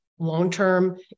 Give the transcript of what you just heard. long-term